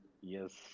yes